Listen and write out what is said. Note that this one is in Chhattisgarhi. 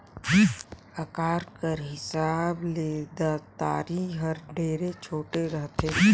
अकार कर हिसाब ले दँतारी हर ढेरे छोटे रहथे